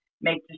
make